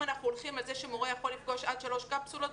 אנחנו הולכים על זה שמורה יכול לפגוש עד שלוש קפסולות,